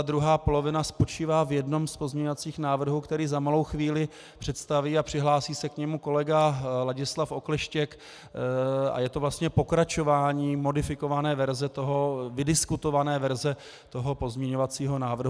Druhá polovina spočívá v jednom z pozměňovacích návrhů, který za malou chvíli představí a přihlásí se k němu kolega Ladislav Okleštěk, a je to vlastně pokračování modifikované verze, vydiskutované verze toho pozměňovacího návrhu.